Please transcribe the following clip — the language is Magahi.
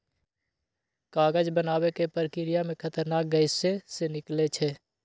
कागज बनाबे के प्रक्रिया में खतरनाक गैसें से निकलै छै